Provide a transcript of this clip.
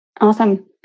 Awesome